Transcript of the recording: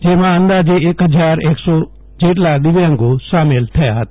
જેમાં અંદાજે એક ફજાર એકસો જેટલા દીવ્યાંગો સામેલ થયા હતા